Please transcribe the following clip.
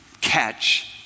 catch